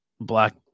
Black